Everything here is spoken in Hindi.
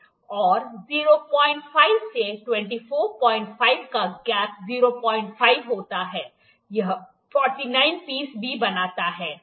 और 05 से 245 का गैप 05 होता है यह 49 पीस भी बनाता है